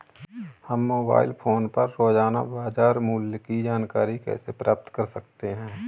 हम mobile phone पर रोजाना बाजार मूल्य की जानकारी कैसे प्राप्त कर सकते हैं?